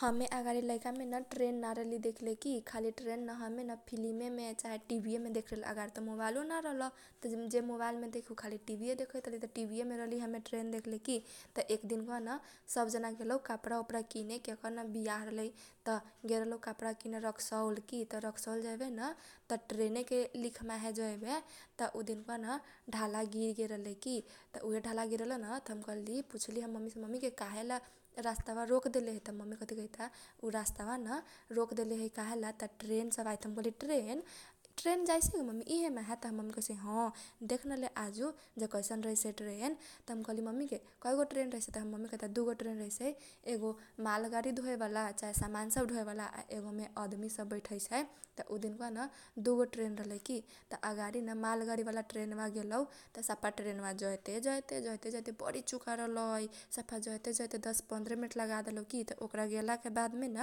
हमे अगाडि लैका मेन ट्रेन ना रहली देख ले की खाली ट्रेन न हमे न फिलिम मे चाहे टिभीयेमे देखले रहली। अगाडि त मोबाइलो ना रहल जे मोबाइल मे देखु खाली टिभीये देखाइत रहली त टिभीमे रहली देखले की एक दिनका बा न सब जना गेल रहलौ कपडा ओपडा किने केरन बियाह रहलै त गेल रहलौ कपडा किने रक्सौल की। त रक्सौल जैबेन त ट्रेन के लिख माहे जैबे त उ दिनकाबा न ढाला गिर गेल रहलइ की त उहे ढाला गीर गेल रहलै न त हम कहली पूछली हमर मम्मी से मम्मी गे काहेला रासताबा रोक देले है। त हमर ममी कथी कहैता उ रासताबा रोक देले है त काहेला ट्रेन सब आइत है ट हम कहली ट्रेन जाईसै गे मम्मी इहे माहे त हमर मम्मी काहैस ह देख न ले आजु जे कैसन रहैसै ट्रेन त हम कहली ममी गे कैगो ट्रेन रहैसै त हमर ममी कहैता दुगो ट्रेन रहैसै। एगो माल गाडी धोए बाला चाहे समानसब धोए बाला आ एगो मे आदमी सब बैठैसै त उ दिनका बा न दुगो ट्रेन रहलै की त अगाडि न माल्ल गाडी बाला ट्रेन बा गेलौ त सफा ट्रेनबा जैतेजैत जैते जैते सफा बरी चुका रहलै त सफाजैते जैते दस, पन्द्र मिनेट लगा देलौ की ओकरा गेला के बाद मेन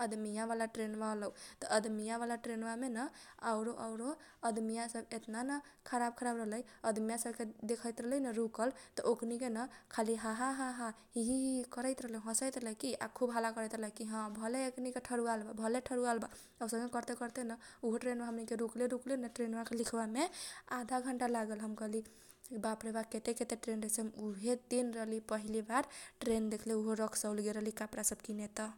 अदमीया बाला ट्रेन बा अलौ त अदमीया बाला ट्रेन बा मे न आरो आरो आदमी या सब एतना न आदमी या सब खराब रहलै। आदमी या सब के देखैत रहलैन खरूआल त ओकनीके न खाली हहह हीहीही करैत रहलौ हसैत रहलै की आ खुब हाला करैत रहलै भले एकनी के ठरूआल बा भले ठरूआल बा औसनके करते करते न उट्रेन बा मे रुकले रूकले न उहे ट्रेन बा के लीख बा मे आधा घन्टा लागेल हम कहली बाफ्रे बाफ केते केते ट्रेन रहैसै उहे दिन हम रहली पहिली बार ट्रेन देखले रक्सौल गेल रहली कपडा सब किने त ।